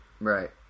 Right